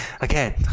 Again